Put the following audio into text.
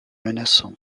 menaçant